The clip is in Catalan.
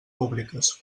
públiques